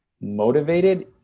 motivated